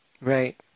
Right